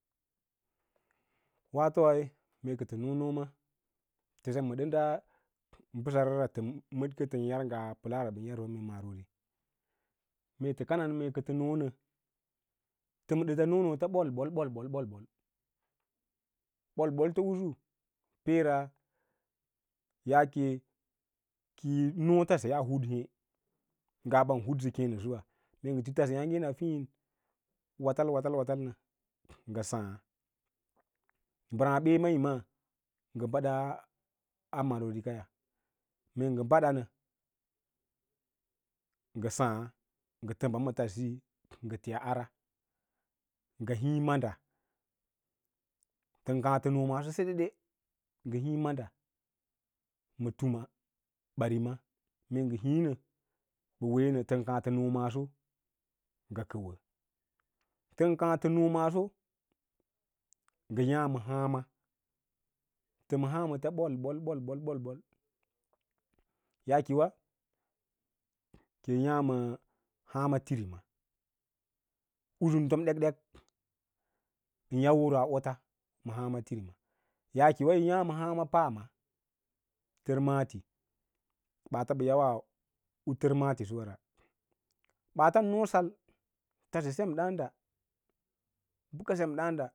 Waatoi mee kətə noo nooma təsem ma dənda bəsərara tən mədkə ngaa pəlagran yarsə mee mvori, mee tə kanan mee kə tə noo nə tə madəta noo noota ɓol-ɓol-ɓol-ɓol-ɓol-ɓol ɓol-botto ꞌusu peera yaake ki yi noo tase a hnd hẽ, ngaa ban hndsə keẽno suwa, mee ngə tí’ tasyǎǎgen a fiin watal, watal, watal nə ngə saã mbəraã bemaꞌma ngə badaa marori kaya mee ngə bada nə ngə saã ngə təm ba ma tasiyi ngə tis ara ngə híí mada tən kaã fə noo maaso sedede ngə híí mada ma tumabarima mee ngə híí nə b’ə ma tumabavɛma mee ngə hiĩ nə b’ə ween, tən kaã fə noo maaso ngə yaã ma hǎǎma tə ma hǎǎməta bol-bol-bol ɓol-ɓol-ɓol yaake we kiyi yaa ma hǎǎma tinima usun tom ɗekɗek ən yau wərii oots ma hǎǎma tiri ma yaakewa yoyaã ma hǎǎ paama təmana ɓaats ɓa uawaa u təmaatisuwa ra ɓaatan noo sal tase sem dǎǎn da ɓaka sem ɗǎǎnda.